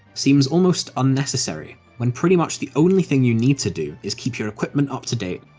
seems almost unnecessary, when pretty much the only thing you need to do is keep your equipment up to date,